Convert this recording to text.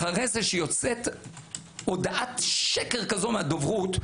אחרי כן יוצאת הודעת שקר מהדוברות.